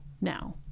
now